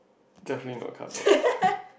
definitely not cardboard